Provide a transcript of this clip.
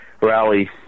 rally